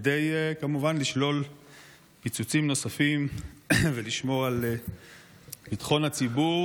כדי לשלול פיצוצים נוספים ולשמור על ביטחון הציבור